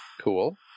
cool